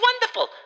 wonderful